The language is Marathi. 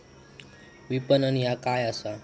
विपणन ह्या काय असा?